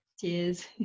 Cheers